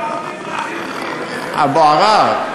אבו עראר,